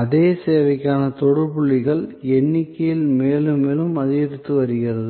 அதே சேவைக்கான தொடு புள்ளிகளின் எண்ணிக்கை மேலும் மேலும் அதிகரித்து வருகிறது